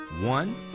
one